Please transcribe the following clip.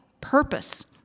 purpose